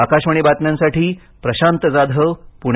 आकाशवाणी बातम्यांसाठी प्रशांत जाधव पुणे